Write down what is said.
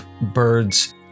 birds